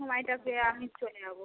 সমায়টা পেয়ে আমি চলে যাবো